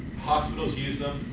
hospitals use them,